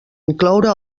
incloure